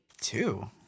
Two